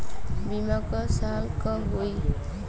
बीमा क साल क होई?